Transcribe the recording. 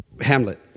Hamlet